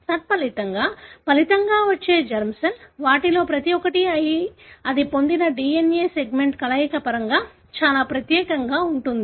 తత్ఫలితంగా ఫలితంగా వచ్చిన జెర్మ్ సెల్ వాటిలో ప్రతి ఒక్కటి అది పొందిన DNA సెగ్మెంట్ కలయిక పరంగా చాలా ప్రత్యేకంగా ఉంటుంది